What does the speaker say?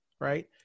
right